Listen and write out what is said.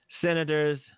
senators